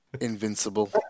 invincible